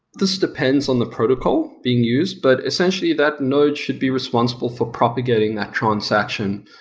this depends on the protocol being used. but essentially, that node should be responsible for propagating that transaction,